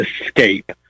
Escape